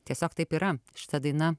tiesiog taip yra šita daina